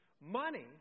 Money